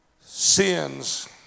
sins